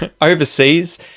overseas